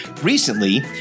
Recently